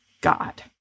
God